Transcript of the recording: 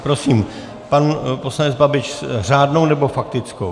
Prosím, pan poslanec Babiš řádnou, nebo faktickou?